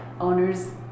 owners